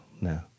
no